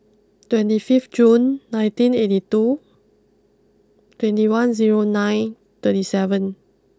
twenty fifth June nineteen eighty two twenty one zero nine thirty seven